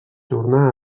tornar